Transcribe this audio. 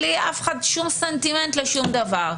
בלי שום סנטימנט לשום דבר.